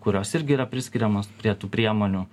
kurios irgi yra priskiriamos prie tų priemonių